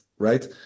right